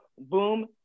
Boom